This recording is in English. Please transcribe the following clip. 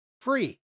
free